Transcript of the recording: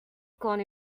con